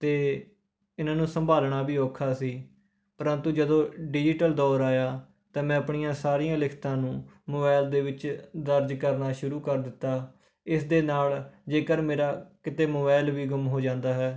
ਅਤੇ ਇਹਨਾਂ ਨੂੰ ਸੰਭਾਲਣਾ ਵੀ ਔਖਾ ਸੀ ਪਰੰਤੂ ਜਦੋਂ ਡਿਜ਼ੀਟਲ ਦੌਰ ਆਇਆ ਤਾਂ ਮੈਂ ਆਪਣੀਆਂ ਸਾਰੀਆਂ ਲਿਖਤਾਂ ਨੂੰ ਮੋਬਾਈਲ ਦੇ ਵਿੱਚ ਦਰਜ ਕਰਨਾ ਸ਼ੁਰੂ ਕਰ ਦਿੱਤਾ ਇਸ ਦੇ ਨਾਲ ਜੇਕਰ ਮੇਰਾ ਕਿਤੇ ਮੋਬਾਈਲ ਵੀ ਗੁੰਮ ਹੋ ਜਾਂਦਾ ਹੈ